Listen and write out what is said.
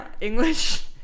English